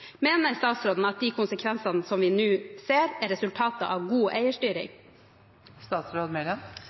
Mener statsråden at de konsekvensene som vi nå ser, er et resultat av god eierstyring?